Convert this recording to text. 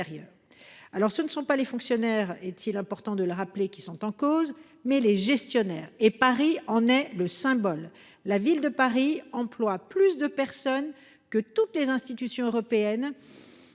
ce ne sont pas les fonctionnaires qui sont en cause, mais les gestionnaires. Paris en est le symbole ! La Ville de Paris emploie plus de personnes que toutes les institutions européennes